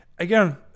Again